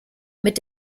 mit